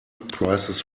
prices